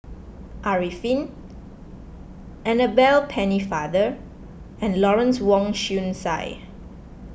Arifin Annabel Pennefather and Lawrence Wong Shyun Tsai